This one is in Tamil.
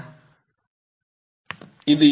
என்பதே